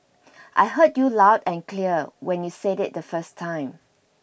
I heard you loud and clear when you said it the first time